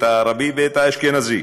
את הערבי ואת האשכנזי.